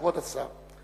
כבוד השר.